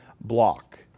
block